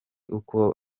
uko